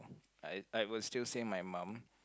I I would still say my mum